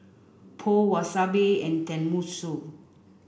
Pho Wasabi and Tenmusu